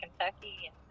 Kentucky